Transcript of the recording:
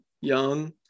Young